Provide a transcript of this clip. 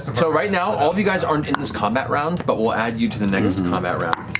so right now, all of you guys aren't in this combat round, but we'll add you to the next combat round.